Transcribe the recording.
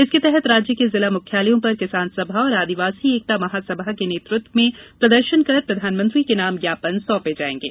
इसके तहत राज्य के जिल मुख्यालयों पर किसान सभा और आदिवासी एकता महासभा के नेतत्व में प्रदर्शन कर प्रधानमंत्री के नाम ज्ञापन सौंपे जाएंगे